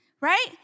right